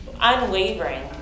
unwavering